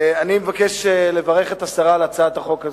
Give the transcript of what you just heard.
אני מבקש לברך את השרה על הצעת החוק הזאת.